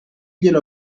glielo